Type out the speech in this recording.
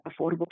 Affordable